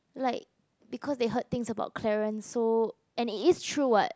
like because they heard things about Clarence so and it is true [what]